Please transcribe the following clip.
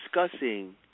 discussing